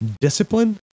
Discipline